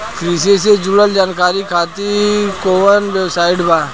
कृषि से जुड़ल जानकारी खातिर कोवन वेबसाइट बा?